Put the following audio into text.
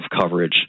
coverage